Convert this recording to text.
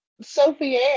Sophie